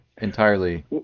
entirely